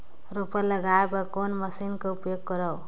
रोपा लगाय बर कोन मशीन कर उपयोग करव?